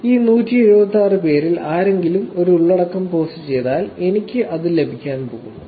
ഈ 176 പേരിൽ ആരെങ്കിലും ഒരു ഉള്ളടക്കം പോസ്റ്റുചെയ്താൽ എനിക്ക് അത് ലഭിക്കാൻ പോകുന്നു